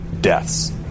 deaths